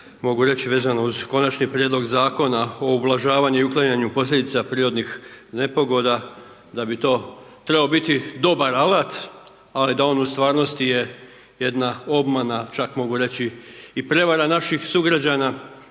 mogu reći vezano uz Konačni prijedlog Zakona o ublažavanju i uklanjanju posljedica prirodnih nepogoda da bi to trebao biti dobar alat ali da on u stvarnosti je jedna obmana čak mogu reći i prevara naših sugrađana.